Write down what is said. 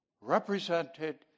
represented